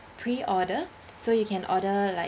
pre order so you can order like